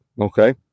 okay